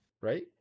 right